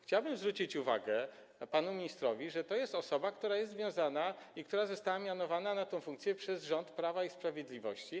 Chciałbym zwrócić uwagę pana ministra na to, że to jest osoba, która jest związana, która została mianowana na tę funkcję przez rząd Prawa i Sprawiedliwości.